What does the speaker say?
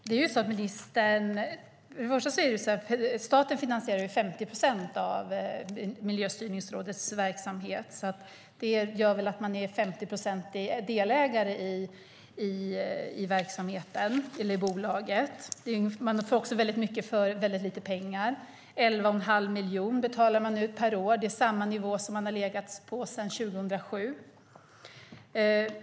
Herr talman! Staten finansierar 50 procent av Miljöstyrningsrådets verksamhet. Det gör väl att man är en 50-procentig delägare i bolaget. Man får väldigt mycket för väldigt lite pengar. 11 1⁄2 miljon betalar man ut per år. Det är samma nivå som man har legat på sedan 2007.